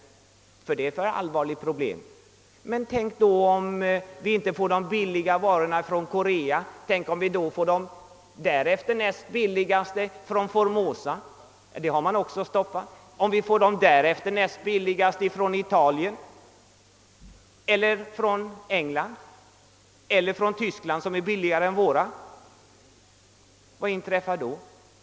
Det skulle medföra alltför allvarliga problem! Men tänk om vi då i stället för de billigaste varorna från Korea och de därnäst billigaste från Formosa — får de därefter billigaste varorna från Italien, England och Tyskland, vad inträffar då?